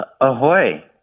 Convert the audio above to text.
Ahoy